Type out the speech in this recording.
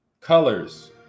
colors